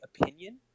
opinion